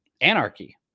anarchy